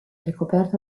ricoperta